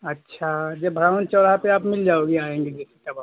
अच्छा जब भरावन चौराहे पर आप मिल जाओगे आएंगे जब हम